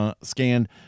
scanned